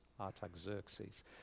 artaxerxes